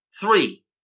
Three